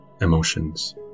emotions